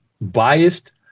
biased